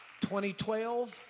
2012